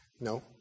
No